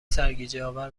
سرگیجهآور